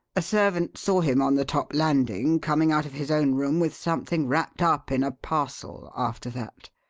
a servant saw him on the top landing coming out of his own room with something wrapped up in a parcel, after that.